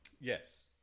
Yes